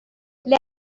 lei